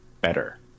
better